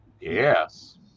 Yes